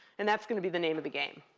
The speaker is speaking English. and that's going to be the name of the game.